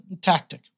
tactic